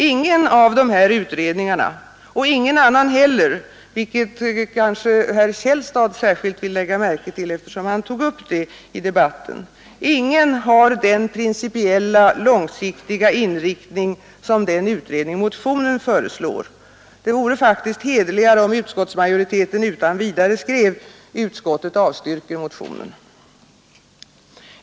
Ingen av dessa utredningar — och ingen annan heller, vilket kanske herr Källstad särskilt vill lägga märke till, eftersom han tog upp det i debatten — har den principiella, långsiktiga inriktning som den utredning motionen föreslår. Det vore faktiskt hederligare om utskottsmajoriteten utan vidare skrev: Utskottet avstyrker motionen.